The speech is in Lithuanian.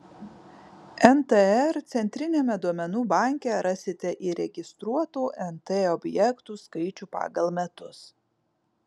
ntr centriniame duomenų banke rasite įregistruotų nt objektų skaičių pagal metus